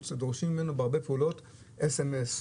דורשים ממנו בהרבה פעולות סמס,